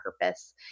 Purpose